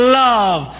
love